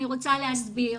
אני רוצה להסביר.